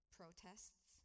protests